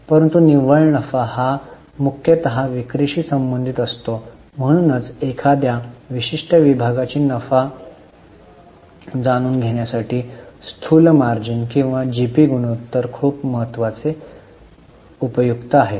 परंतु निव्वळ नफा हा मुख्यतः विक्रीशी संबंधित असतो म्हणूनच एखाद्या विशिष्ट विभागाची नफा जाणून घेण्यासाठी स्थूल मार्जिन किंवा जीपी गुणोत्तर खूप उपयुक्त आहे